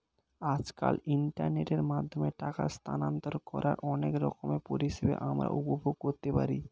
আজকাল ইন্টারনেটের মাধ্যমে টাকা স্থানান্তর করার অনেক রকমের পরিষেবা আমরা উপভোগ করতে পারি